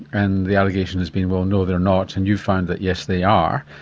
and the allegation has been well no they're not and you've found that yes they are.